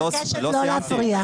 אני מבקשת לא להפריע.